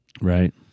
right